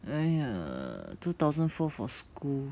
!aiya! two thousand four for school